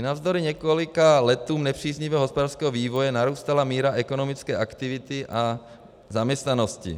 I navzdory několika letům nepříznivého hospodářského vývoje narůstala míra ekonomické aktivity a zaměstnanosti.